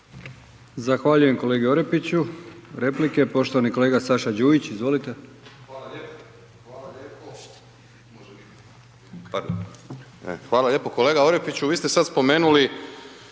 Zahvaljujem kolegi Orepiću. Replike, poštovani kolega Saša Đujić. Izvolite. **Đujić, Saša (SDP)** Pardon. Hvala lijepo kolega Orepiću. Vi ste sad spomenuli